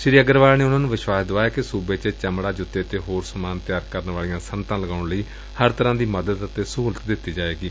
ਸ੍ਰੀ ਅੱਗਰਵਾਲ ਨੇ ਉਨਾਂ ਨੂੰ ਵਿਸ਼ਵਾਸ ਦੁਆਇਆ ਕਿ ਸੁਬੇ ਚ ਚਮੜਾ ਜੁੱਤੇ ਅਤੇ ਹੋਰ ਸਮਾਨ ਤਿਆਰ ਕਰਨ ਵਾਲੀਆਂ ਸੱਨਅਤਾਂ ਲਗਾਉਣ ਲਈ ਹਰ ਤਰਾਂ ਦੀ ਮਦਦ ਅਤੇ ਸਹੁਲਤ ਦਿੱਤੀ ਜਾਏਗੀ